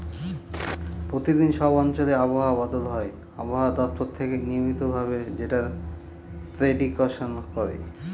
প্রতিদিন সব অঞ্চলে আবহাওয়া বদল হয় আবহাওয়া দপ্তর থেকে নিয়মিত ভাবে যেটার প্রেডিকশন করে